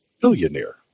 billionaire